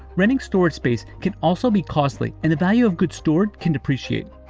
renting storage space can also be costly and the value of good stored can depreciate.